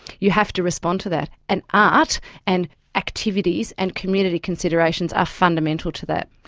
you have to respond to that. and art and activities and community considerations are fundamental to that.